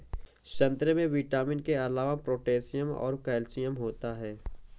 संतरे में विटामिन के अलावा पोटैशियम और कैल्शियम होता है